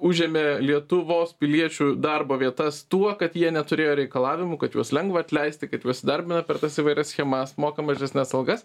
užėmė lietuvos piliečių darbo vietas tuo kad jie neturėjo reikalavimų kad juos lengva atleisti kad juos įsidarbina per tas įvairias schemas moka mažesnes algas